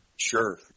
Sure